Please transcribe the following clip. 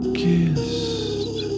kissed